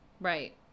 right